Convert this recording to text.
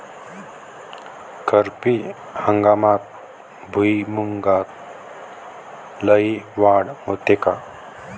खरीप हंगामात भुईमूगात लई वाढ होते का?